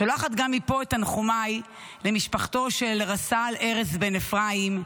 שולחת גם מפה את תנחומיי למשפחותיהם של רס"ל ארז בן אפרים,